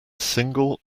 single